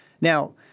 Now